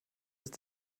ist